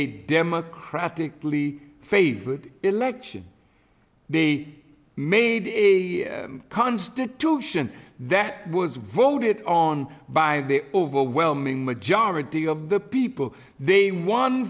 a democratically favored election they made a constitution that was voted on by the overwhelming majority of the people they won